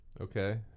okay